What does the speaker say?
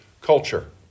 culture